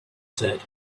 said